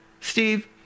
Steve